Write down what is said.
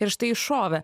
ir štai iššovė